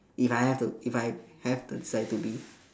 if I have to if I have decided to be